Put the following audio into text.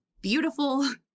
beautiful